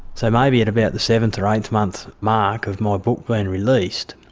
so maybe at about the seventh or eighth month mark of my book being released,